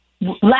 Last